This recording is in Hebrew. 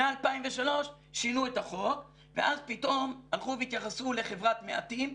מ-2003 שינו את החוק ואז פתאום הלכו והתייחסו לחברת מעטים,